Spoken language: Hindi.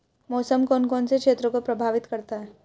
मौसम कौन कौन से क्षेत्रों को प्रभावित करता है?